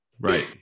Right